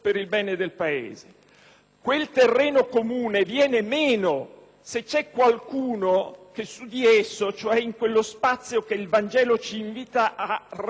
Quel terreno comune viene meno se c'è qualcuno che su di esso, cioè in quello spazio che il Vangelo ci invita a «rendere a Cesare»,